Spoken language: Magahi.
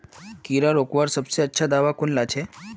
कीड़ा रोकवार सबसे अच्छा दाबा कुनला छे?